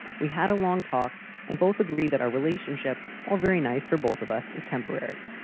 we had a long talk and both agree that our relationship, while very nice for both of us, is temporary.